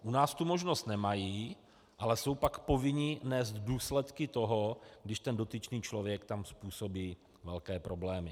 U nás tu možnost nemají, ale jsou pak povinni nést důsledky toho, když ten dotyčný člověk tam způsobí velké problémy.